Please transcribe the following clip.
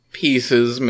pieces